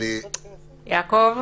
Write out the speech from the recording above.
יעקב,